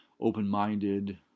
open-minded